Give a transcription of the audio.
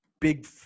big